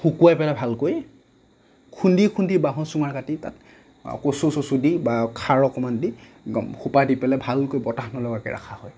শুকোৱাই পেলাই ভালকৈ খুন্দি খুন্দি বাঁহৰ চোঙা কাটি তাত কচু চচু দি বা খাৰ অকমান সি একদম সোপা দি পেলাই ভালকৈ বতাহ নলগাকৈ ৰখা হয়